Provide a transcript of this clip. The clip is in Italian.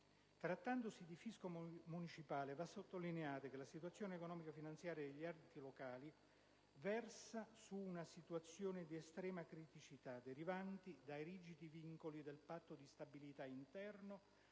Trattandosi di fisco municipale, va sottolineato che la situazione economico-finanziaria degli enti locali versa in una situazione di estrema criticità, derivante dai rigidi vincoli del Patto di stabilità interno